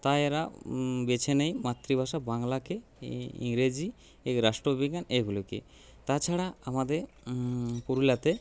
তাই এরা বেছে নেয় মাতৃভাষা বাংলাকে ইংরেজি রাষ্ট্রবিজ্ঞান এইগুলিকে তাছাড়া আমাদের পুরুলিয়াতে